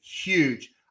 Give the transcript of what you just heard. huge